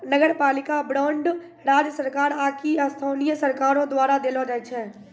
नगरपालिका बांड राज्य सरकार आकि स्थानीय सरकारो द्वारा देलो जाय छै